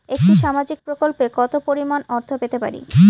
একটি সামাজিক প্রকল্পে কতো পরিমাণ অর্থ পেতে পারি?